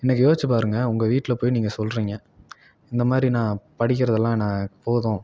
இன்றைக்கி யோசித்து பாருங்கள் உங்கள் வீட்டில் போய் நீங்கள் சொல்கிறிங்க இந்த மாதிரி நான் படிக்கிறதெல்லாம் நான் போதும்